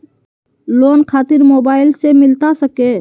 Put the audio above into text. Loan खातिर mobile से मिलता सके?